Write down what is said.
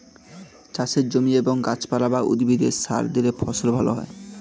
চাষের জমি এবং গাছপালা বা উদ্ভিদে সার দিলে ফসল ভালো হয়